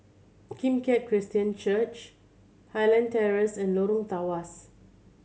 Kim Keat Christian Church Highland Terrace and Lorong Tawas